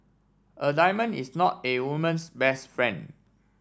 a diamond is not a woman's best friend